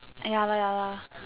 eh ya lor ya lor